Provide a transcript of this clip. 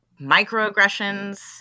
microaggressions